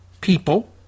people